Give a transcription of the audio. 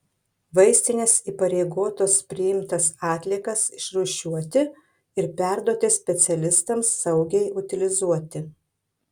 vaistinės įpareigotos priimtas atliekas išrūšiuoti ir perduoti specialistams saugiai utilizuoti